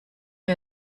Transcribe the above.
wir